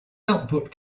output